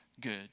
good